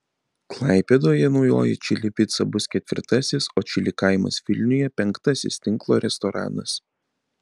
klaipėdoje naujoji čili pica bus ketvirtasis o čili kaimas vilniuje penktasis tinklo restoranas